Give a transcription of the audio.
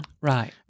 Right